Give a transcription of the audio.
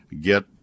get